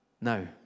No